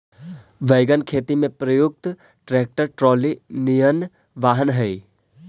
wagon खेती में प्रयुक्त ट्रैक्टर ट्रॉली निअन वाहन हई